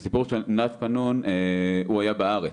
דווקא נ' היה בארץ.